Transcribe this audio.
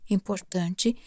Importante